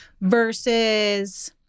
versus